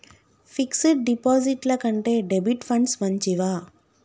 Fix డ్ డిపాజిట్ల కంటే డెబిట్ ఫండ్స్ మంచివా?